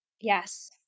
Yes